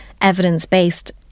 evidence-based